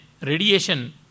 Radiation